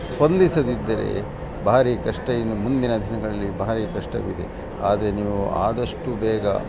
ಸ್ಪಂದಿಸದಿದ್ದರೆ ಭಾರಿ ಕಷ್ಟ ಇನ್ನು ಮುಂದಿನ ದಿನಗಳಲ್ಲಿ ಭಾರಿ ಕಷ್ಟವಿದೆ ಆದರೆ ನೀವು ಆದಷ್ಟು ಬೇಗ